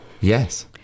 Yes